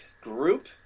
group